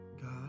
God